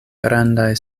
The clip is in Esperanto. grandaj